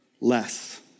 less